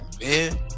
man